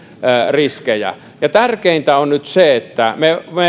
riskejä tärkeintä on nyt se että me